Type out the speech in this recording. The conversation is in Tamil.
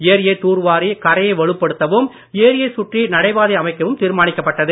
ஏரியை தூர்வாரி கரையை வலுப்படுத்தவும் ஏரியைச் சுற்றி நடைபாதை அமைக்கவும் தீர்மானிக்கப்பட்டது